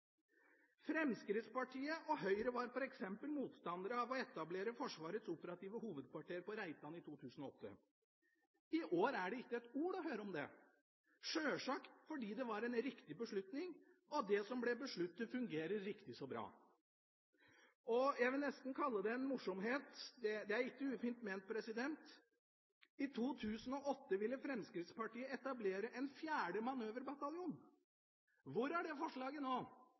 Fremskrittspartiet og Høyre var f.eks. motstandere av å etablere Forsvarets operative hovedkvarter på Reitan i 2008. I år er det ikke et ord å høre om det – sjølsagt fordi det var en riktig beslutning, og det som ble besluttet, fungerer riktig så bra. Og – jeg vil nesten kalle det en morsomhet, men det er ikke ufint ment – i 2008 ville Fremskrittspartiet etablere en fjerde manøverbataljon. Hvor er det forslaget nå?